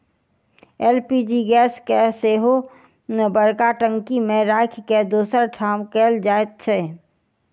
LPG gas के सेहो बड़का टंकी मे राखि के दोसर ठाम कयल जाइत छै